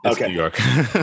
Okay